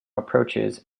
approaches